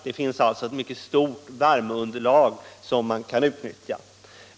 Det finns alltså ett mycket stort värmeunderlag som kan utnyttjas.